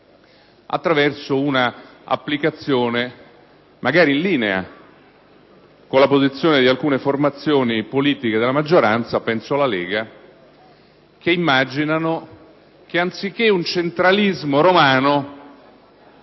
secondo un'indicazione che magari è in linea con la posizione di alcune formazioni politiche della maggioranza - penso alla Lega - le quali immaginano che anziché un centralismo romano